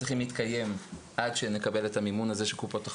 מצליחים להתקיים עד שנקבל את המימון הזה של קופות.